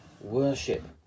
Worship